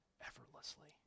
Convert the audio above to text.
effortlessly